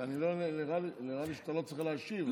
נראה לי שאתה לא צריך להשיב.